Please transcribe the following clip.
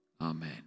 Amen